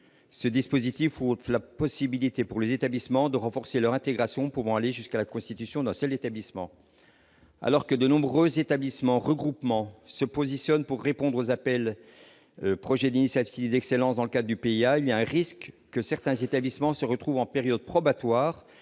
ce dispositif ôte la possibilité pour les établissements de renforcer leur intégration pouvant aller jusqu'à la constitution d'un seul établissement alors que de nombreux établissements regroupement se positionne pour répondre aux appels projet d'initiative d'excellence dans le cas du pays il y a, il y a un risque que certains établissements se retrouvent en période probatoire